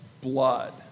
blood